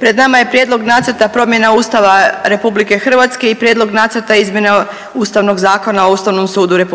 pred nama je Prijedlog Nacrta promjene Ustava RH i Prijedlog Nacrta izmjena Ustavnog zakona o ustavnom sudu RH